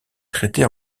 traités